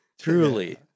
Truly